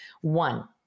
One